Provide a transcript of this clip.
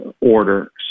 order